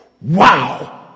Wow